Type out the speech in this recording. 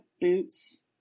boots